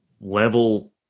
level